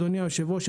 אדוני היושב-ראש,